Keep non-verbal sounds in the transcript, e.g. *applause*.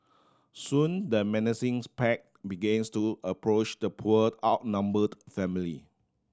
soon the menacing *unintelligible* pack begins to approach the poor outnumbered family